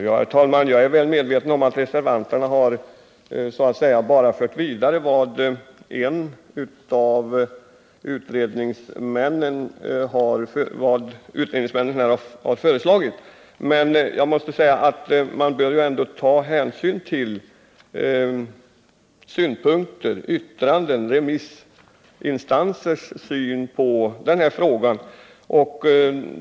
Herr talman! Jag är väl medveten om att reservanterna så att säga bara har fört vidare vad utredningsmännen här har föreslagit. Men jag måste säga att man bör ändå ta hänsyn till synpunkter och yttranden, till remissinstansers syn på frågan.